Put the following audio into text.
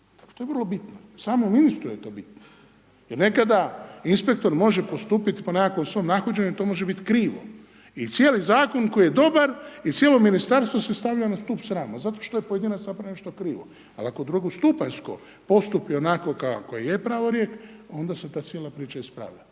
To je vrlo bitno, samom ministru je to bitno jer nekada inspektor može postupiti po nekakvom svom nahođenju, to može krivo i cijeli zakon koji je dobar i cijelo ministarstvo se stavlja na stup srama, zato što je pojedinac napravio nešto krivo ali ako drugostupanjsko postupi onako kako je pravorijek, onda se ta cijela priča ispravlja.